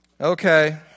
Okay